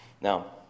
Now